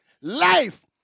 Life